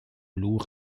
loups